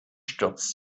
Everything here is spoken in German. stürzt